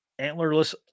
antlerless